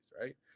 right